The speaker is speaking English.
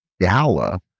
gala